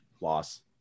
loss